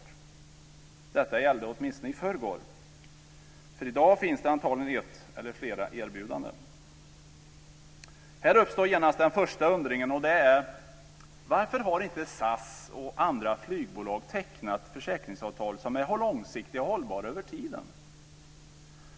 Detta gällde åtminstone i förrgår, i dag finns det antagligen ett eller flera erbjudanden. Här uppstår genast min första undran och det är: Varför har inte SAS och andra flygbolag tecknat försäkringsavtal som är långsiktiga och hållbara över tiden?